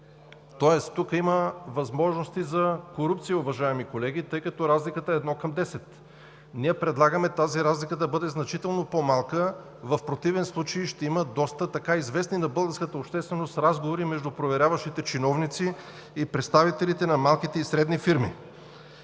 Тоест тук има възможности за корупция, уважаеми колеги, тъй като разликата е 1:10. Ние предлагаме тази разлика да бъде значително по-малка – в противен случай ще има доста, така известни на българската общественост, разговори между проверяващите чиновници и представителите на малките и средни фирми.